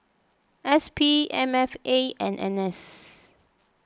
S P M F A and N S